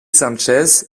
sánchez